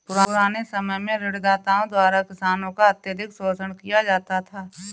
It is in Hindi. पुराने समय में ऋणदाताओं द्वारा किसानों का अत्यधिक शोषण किया जाता था